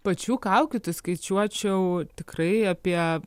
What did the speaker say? pačių kaukių skaičiuočiau tikrai apie